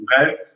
Okay